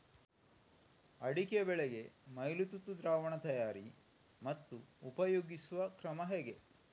ಅಡಿಕೆ ಬೆಳೆಗೆ ಮೈಲುತುತ್ತು ದ್ರಾವಣ ತಯಾರಿ ಮತ್ತು ಉಪಯೋಗಿಸುವ ಕ್ರಮ ಹೇಗೆ?